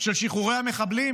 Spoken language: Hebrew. של שחרורי המחבלים